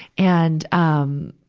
and, um,